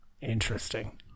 interesting